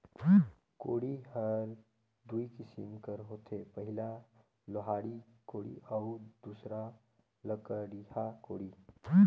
कोड़ी हर दुई किसिम कर होथे पहिला लोहाटी कोड़ी अउ दूसर लकड़िहा कोड़ी